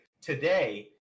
today